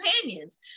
companions